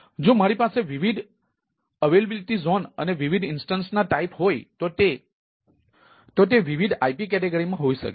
તેથી જો મારી પાસે વિવિધ ઉપલબ્ધતા ક્ષેત્રો અને વિવિધ ઇન્સ્ટન્સ ના પ્રકારો હોય તો તે વિવિધ IP કેટેગરીમાં હોઈ શકે છે